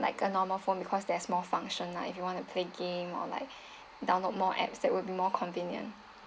like a normal phone because there's more function ah if you wanna play game or like download more apps that would be more convenient